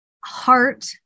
heart